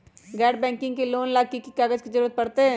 गैर बैंकिंग से लोन ला की की कागज के जरूरत पड़तै?